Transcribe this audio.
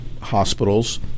hospitals